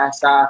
sa